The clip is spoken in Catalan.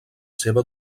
seva